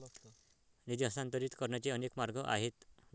निधी हस्तांतरित करण्याचे अनेक मार्ग आहेत